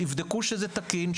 יבדקו שזה תקין,